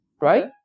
Right